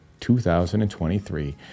2023